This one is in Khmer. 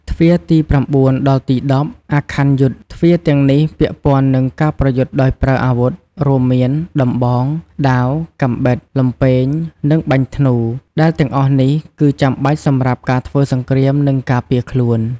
ទ្វារទី៩ ដល់ទី១០ អាខ័នយុទ្ធ ទ្វារទាំងនេះពាក់ព័ន្ធនឹង ការប្រយុទ្ធដោយប្រើអាវុធ រួមមាន ដំបង ដាវ កាំបិត លំពែង និងបាញ់ធ្នូ ដែលទាំងអស់នេះគឺចាំបាច់សម្រាប់ការធ្វើសង្គ្រាមនិងការពារខ្លួន។